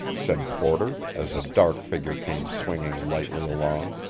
said porter, as a dark figure came swinging lightly along.